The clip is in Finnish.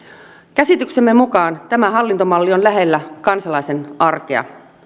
käsityksemme mukaan tämä hallintomalli on lähellä kansalaisen arkea